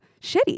shitty